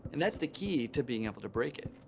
and that's the key to being able to break it.